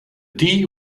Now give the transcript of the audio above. tea